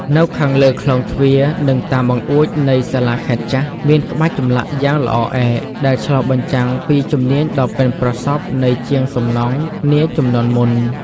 នៅខាងលើក្លោងទ្វារ និងតាមបង្អួចនៃសាលាខេត្តចាស់ មានក្បាច់ចម្លាក់យ៉ាងល្អឯក ដែលឆ្លុះបញ្ចាំងពីជំនាញដ៏ប៉ិនប្រសប់នៃជាងសំណង់នាជំនាន់មុន។